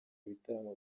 bitaramo